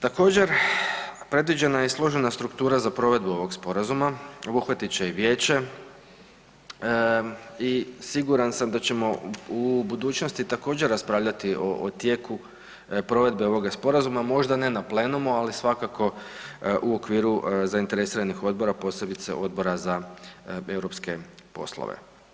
Također predviđena je složena struktura za provedbu ovog sporazuma, obuhvatit će i vijeće i siguran sam da ćemo u budućnosti također raspravljati o tijeku provedbe ovoga sporazuma možda ne na plenumu, ali svakako u okviru zainteresiranih odbora, posebice Odbora za europske poslove.